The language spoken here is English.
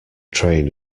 train